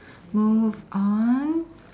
move on